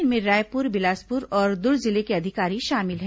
इनमें रायपुर बिलासपुर और दुर्ग जिले के अधिकारी शामिल हैं